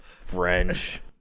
French